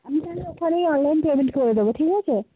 আমি তাহলে ওখানেই অনলাইন পেমেন্ট করে দেব ঠিক আছে